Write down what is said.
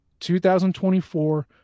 2024